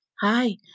Hi